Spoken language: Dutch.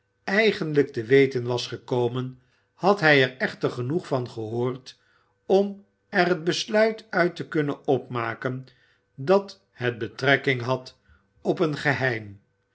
eigenlijk te weten was gekomen had hij er echter genoeg van gehoord om er het besluit uit te kunnen opmaken dat het betrekking had op een geheim